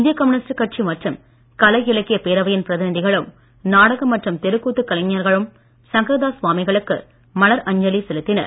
இந்திய கம்யூனிஸ்ட் கட்சி மற்றும் கலை இலக்கிய பேரவையின் பிரதிநிதிகளும் நாடக மற்றும் தெருக்கூத்து கலைஞர்களும் சங்கரதாஸ் சுவாமிகளுக்கு மலர் அஞ்சலி செலுத்தினர்